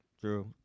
True